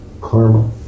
karma